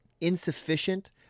insufficient